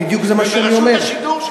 וברשות השידור,